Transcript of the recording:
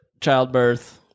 childbirth